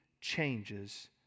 changes